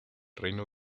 reino